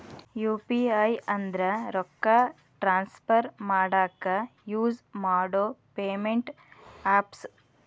UPI ಅಂದ್ರ ರೊಕ್ಕಾ transfer ಮಾಡಾಕ ಯುಸ್ ಮಾಡೋ ಪೇಮೆಂಟ್ ಆಪ್ಸ್